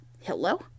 Hello